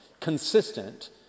consistent